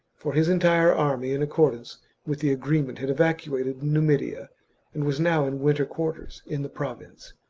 for his entire army in accordance with the agreement had evacuated numidia and was now in winter quarters in the province.